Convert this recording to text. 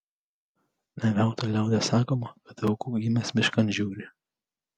ne veltui liaudies sakoma kad vilku gimęs miškan žiūri